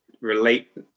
relate